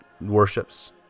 worships